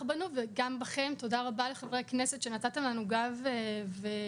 בנו וגם בכם תודה רבה לחברי הכנסת שנתתם לנו גב וכוח